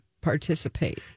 participate